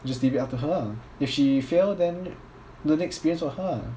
you just leave it up to her ah if she fail then learning experience for her ah